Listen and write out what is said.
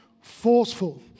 forceful